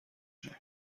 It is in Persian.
کنم